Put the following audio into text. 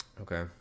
Okay